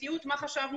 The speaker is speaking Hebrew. אני חושב,